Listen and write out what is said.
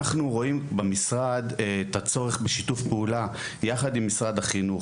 אנחנו רואים במשרד את הצורך בשיתוף פעולה יחד עם משרד החינוך,